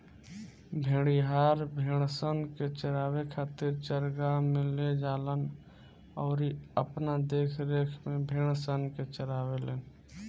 भेड़िहार, भेड़सन के चरावे खातिर चरागाह में ले जालन अउरी अपना देखरेख में भेड़सन के चारावेलन